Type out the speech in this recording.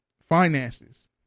finances